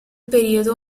periodo